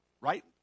Right